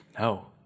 No